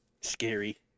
scary